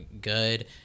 good